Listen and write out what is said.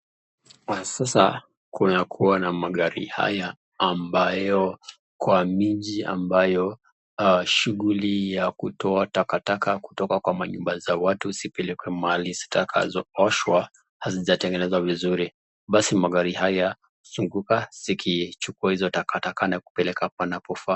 Kwa sasa kunakuwa na magari haya ambayo kwa miji ambayo shughuli ya kutoa takataka kutoka kwa manyumba za watu zipelekwa mahali zitakazwo oshwa hazijatengenezwa vizuri, basi magari haya huzunguka zikichukua hizo takataka na kupeleka panapofaa.